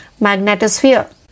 magnetosphere